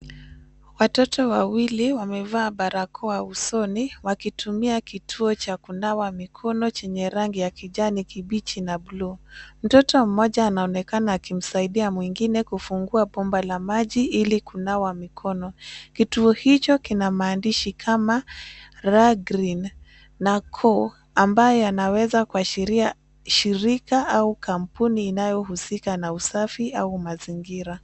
Watoto wawili wamevaa barakoa usoni wakitumia kituo cha kunawa mikono chenye rangi ya kijani kibichi na bluu. Mtoto mmoja anaonekana akimsaidia mwingine kufungua bomba la maji ili kunawa mikono. Kituo hicho kina maandishi kama La Green & Co ambaye anaweza kuashiria shirika au kampuni inayohusika na usafi au mazingira.